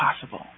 possible